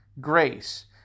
grace